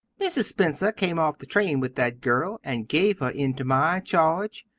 mrs. spencer came off the train with that girl and gave her into my charge.